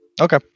Okay